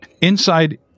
Inside